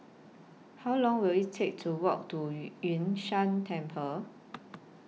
How Long Will IT Take to Walk to Yun Shan Temple